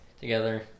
together